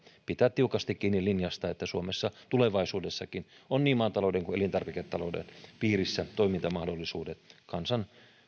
pitää tiukasti kiinni linjasta että suomessa tulevaisuudessakin on niin maatalouden kuin elintarviketalouden piirissä toimintamahdollisuudet kansan